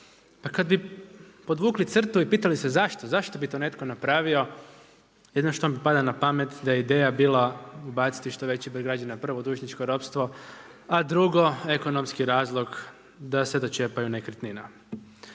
Pa kada bi podvukli crtu i pitali se zašto, zašto bi to netko napravio, jedino što mi pada na pamet da je ideja bila baciti što veći broj građana u prvo dužničko ropstvo, a drugo ekonomski razlog da se dočepaju nekretnina.